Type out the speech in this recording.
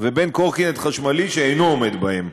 ובין קורקינט חשמלי שאינו עומד בהם,